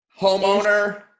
homeowner